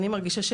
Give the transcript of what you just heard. אני מרגישה,